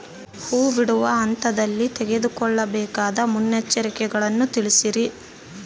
ಹೂ ಬಿಡುವ ಹಂತದಲ್ಲಿ ತೆಗೆದುಕೊಳ್ಳಬೇಕಾದ ಮುನ್ನೆಚ್ಚರಿಕೆಗಳನ್ನು ತಿಳಿಸಿ?